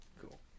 Cool